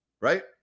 right